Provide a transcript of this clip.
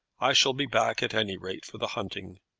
i shall be back, at any rate, for the hunting.